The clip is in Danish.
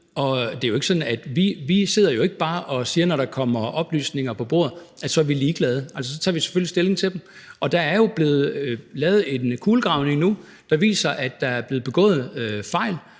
sidder vi jo ikke bare og siger, at så er vi ligeglade. Altså, så tager vi selvfølgelig stilling til dem. Og der er jo blevet lavet en kulegravning nu, der viser, at der er blevet begået fejl,